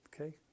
Okay